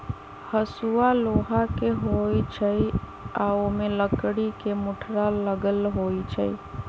हसुआ लोहा के होई छई आ ओमे लकड़ी के मुठरा लगल होई छई